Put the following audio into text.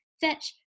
Fetch